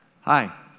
Hi